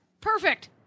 Perfect